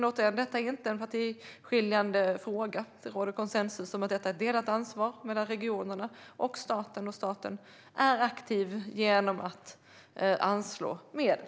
Återigen: Detta är inte en partiskiljande fråga. Det råder konsensus om att detta är ett delat ansvar mellan regionerna och staten, och staten är aktiv genom att anslå medel.